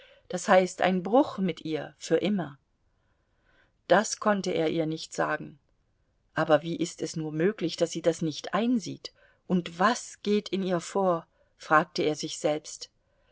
das heißt ein bruch mit ihr für immer das konnte er ihr nicht sagen aber wie ist es nur möglich daß sie das nicht einsieht und was geht in ihr vor fragte er sich selbst